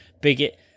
bigot